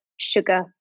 sugar